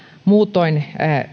muutoin